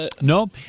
Nope